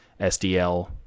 SDL